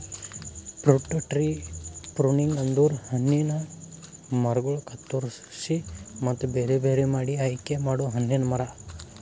fruit tree pruning ಅಂದುರ್ ಹಣ್ಣಿನ ಮರಗೊಳ್ ಕತ್ತುರಸಿ ಮತ್ತ ಬೇರೆ ಬೇರೆ ಮಾಡಿ ಆಯಿಕೆ ಮಾಡೊ ಹಣ್ಣಿನ ಮರ